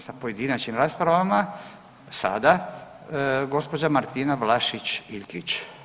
sa pojedinačnim raspravama sada, gospođa Martina Vlašić Iljkić.